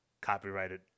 copyrighted